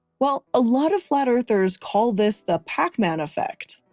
well, a lot of flat-earthers call this the pac-man effect.